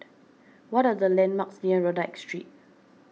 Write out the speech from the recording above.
what are the landmarks near Rodyk Street